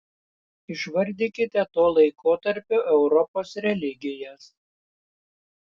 išvardykite to laikotarpio europos religijas